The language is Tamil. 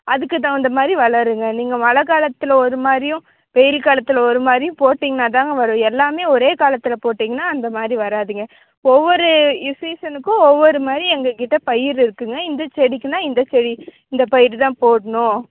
அதுக்கு தகுந்த மாதிரி வளருங்க நீங்கள் மழைக்காலத்துல ஒரு மாதிரியும் வெயில் காலத்தில் ஒரு மாதிரியும் போட்டிங்கனா தாங்க வரும் எல்லாமே ஒரே காலத்தில் போட்டிங்கன்னா அந்த மாதிரி வராதுங்க ஒவ்வொரு இ சீசனுக்கும் ஒவ்வொரு மாதிரி எங்கள்கிட்ட பயிறு இருக்குங்க இந்த செடிக்குன்னா இந்த செடி இந்த பயிறு தான் போடணும்